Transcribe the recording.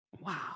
Wow